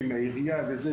עם העירייה וכו',